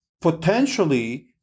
potentially